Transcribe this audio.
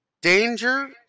Danger